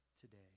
today